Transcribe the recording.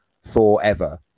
forever